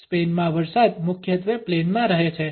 સ્પેનમાં વરસાદ મુખ્યત્વે પ્લેનમાં રહે છે